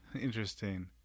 interesting